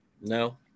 No